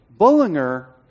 Bullinger